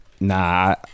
Nah